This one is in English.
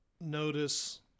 notice